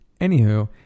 anywho